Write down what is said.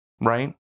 right